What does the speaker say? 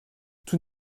tout